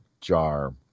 jar